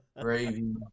Gravy